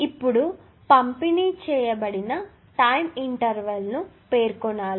ఇప్పుడు పంపిణీ చేయబడిన టైం ఇంటర్వెల్ ను పేర్కొనాలి